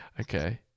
Okay